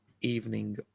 evening